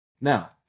Now